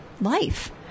life